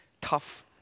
tough